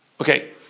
Okay